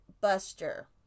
buster